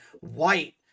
white